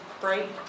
bright